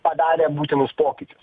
padarę būtinus pokyčius